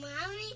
mommy